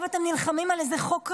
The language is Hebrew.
עכשיו אתם נלחמים על איזה חוק רבנים?